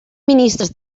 ministres